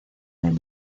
del